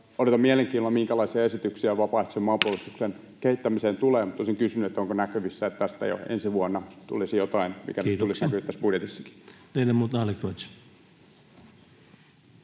Odotan mielenkiinnolla, minkälaisia esityksiä vapaaehtoisen maanpuolustuksen kehittämiseen tulee, mutta olisin kysynyt, onko näkyvissä, että tästä jo ensi vuonna tulisi jotain, mikä tulisi näkymään tässä budjetissakin. Kiitoksia.